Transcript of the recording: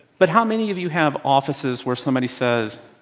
but how many of you have offices where somebody says,